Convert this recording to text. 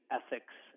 ethics